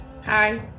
Hi